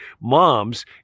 moms